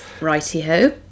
Righty-ho